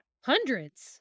hundreds